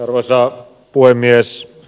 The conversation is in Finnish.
arvoisa puhemies